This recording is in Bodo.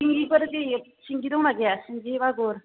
सिंगिफोर सिंगि दंना गैया सिंगि मागुर